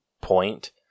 point